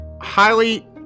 highly